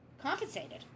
compensated